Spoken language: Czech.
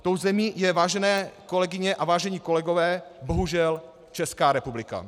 Tou zemí je, vážené kolegyně a vážení kolegové, bohužel Česká republika.